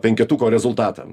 penketuko rezultatą